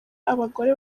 abagore